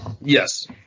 Yes